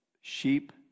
sheep